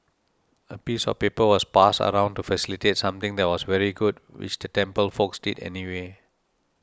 a piece of paper was passed around to facilitate something that was very good which the temple folks did anyway